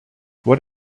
what